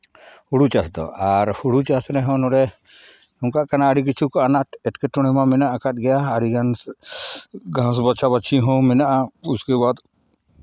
ᱦᱩᱲᱩ ᱪᱟᱥᱫᱚ ᱟᱨ ᱦᱩᱲᱩ ᱪᱟᱥ ᱨᱮᱦᱚᱸ ᱱᱚᱰᱮ ᱚᱱᱠᱟᱜ ᱠᱟᱱᱟ ᱟᱹᱰᱤ ᱠᱤᱪᱷᱩ ᱟᱱᱟᱴ ᱮᱸᱴᱠᱮᱴᱚᱬᱮ ᱢᱟ ᱢᱮᱱᱟᱜ ᱟᱠᱟᱫ ᱜᱮᱭᱟ ᱟᱹᱰᱤᱜᱟᱱ ᱜᱷᱟᱥ ᱵᱟᱪᱷᱟᱼᱵᱟᱹᱪᱷᱤ ᱦᱚᱸ ᱢᱮᱱᱟᱜᱼᱟ ᱩᱥᱠᱮ ᱵᱟᱫᱽ